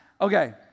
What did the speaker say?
Okay